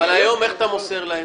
איך אתה מוסר להם היום?